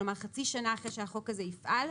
כלומר חצי שנה אחראי שהחוק הזה יפעל,